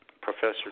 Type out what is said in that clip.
Professor